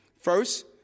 First